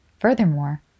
Furthermore